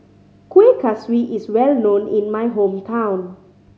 Kueh Kaswi is well known in my hometown